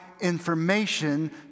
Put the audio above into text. information